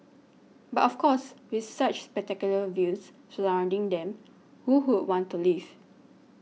but of course with such spectacular views surrounding them who would want to leave